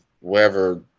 wherever